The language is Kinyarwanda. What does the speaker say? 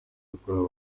yakorewe